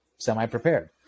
semi-prepared